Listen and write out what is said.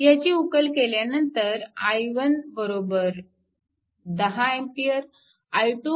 ह्याची उकल केल्यानंतर i1 10A